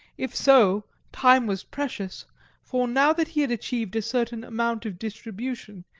if so, time was precious for, now that he had achieved a certain amount of distribution,